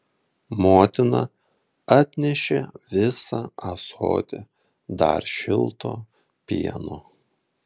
motina atnešė visą ąsotį dar šilto pieno